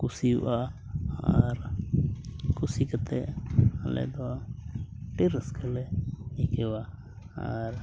ᱠᱟᱥᱤᱣᱟᱹᱜᱼᱟ ᱟᱨ ᱠᱩᱥᱤ ᱠᱟᱛᱮᱫ ᱟᱞᱮ ᱫᱚ ᱟᱹᱰᱤ ᱨᱟᱹᱥᱠᱟᱹ ᱞᱮ ᱟᱹᱭᱠᱟᱹᱣᱟ ᱟᱨ